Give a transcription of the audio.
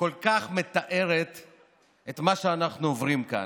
כל כך מתארת את מה שאנחנו עוברים כאן.